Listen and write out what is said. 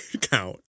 count